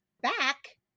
back